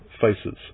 faces